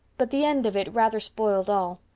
but the end of it rather spoiled all.